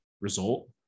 result